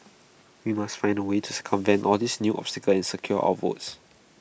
we must find A way to circumvent all these new obstacles and secure our votes